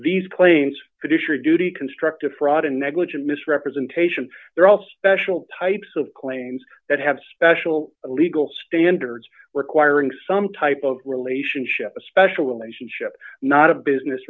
these claims reduce your duty constructive fraud and negligent misrepresentation they're all special types of claims that have special legal standards requiring some type of relationship a special relationship not a business